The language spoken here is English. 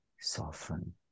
soften